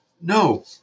No